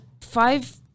five